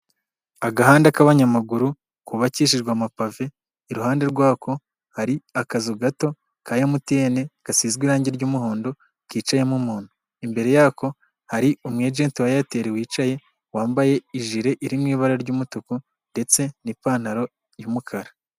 agahanda k'abanyamaguru kubakishijwe amapavi iruhande rwako hari akazu gato ka MTN gasizwe irangi ry'umuhondo kicayemo umuntu imbere yako hari umu ajenti wa Eirtel wicaye wambaye ijire, iri mu ibara ry'umutuku ndetse n'ipantaro y'umukara.